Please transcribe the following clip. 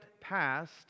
passed